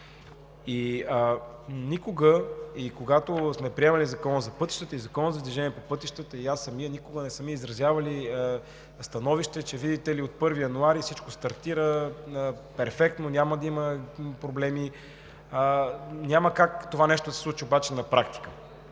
И никога – и когато сме приемали Закона за пътищата и Закона за движение по пътищата, и аз самия, никога не сме изразявали становище, че, видите ли, от 1 януари всичко стартира перфектно, няма да има проблеми. Няма как това нещо да се случи обаче на практика.